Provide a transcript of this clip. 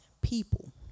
people